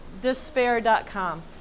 despair.com